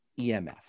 EMF